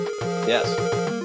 Yes